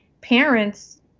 parents